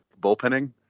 bullpenning